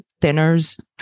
thinners